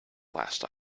last